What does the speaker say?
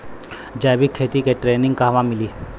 जैविक खेती के ट्रेनिग कहवा मिली?